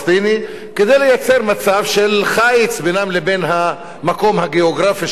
כדי לייצר מצב של חיץ בינם לבין המקום הגיאוגרפי שנקרא ישראל,